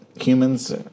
humans